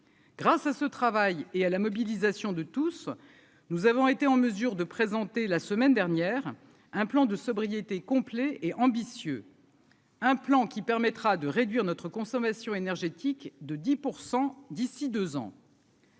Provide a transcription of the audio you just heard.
Grâce à ce travail et à la mobilisation de tous, nous avons été en mesure de présenter la semaine dernière un plan de sobriété complet et ambitieux, un plan qui permettra de réduire notre consommation énergétique de 10 pour 100 d'ici 2 ans.